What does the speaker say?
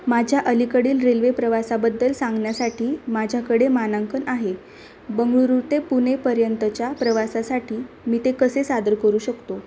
माझ्या अलीकडील रेल्वे प्रवासाबद्दल सांगण्यासाठी माझ्याकडे मानांकन आहे बंगळुरू ते पुणेपर्यंतच्या प्रवासासाठी मी ते कसे सादर करू शकतो